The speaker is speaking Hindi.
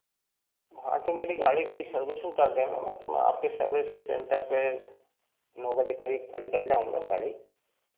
हाँ तो मेरी गाड़ी की सर्विसिंग कर देना मैं तो मैं आपके सर्विस सेंटर पर नौ बजे करीब खड़ी कर जाऊँगा गाड़ी